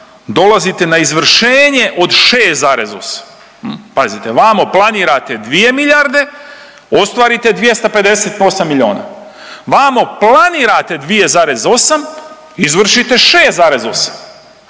dolazite na izvršenje od 6,8. Pazite, vamo planirate 2 milijarde, ostvarite 258 milijuna, vamo planirate 2,8 izvršite 6,8